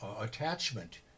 attachment